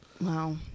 Wow